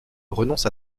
renonce